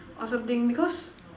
or something because